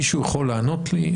מישהו יכול לענות לי?